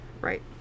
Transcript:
Right